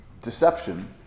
deception